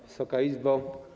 Wysoka Izbo!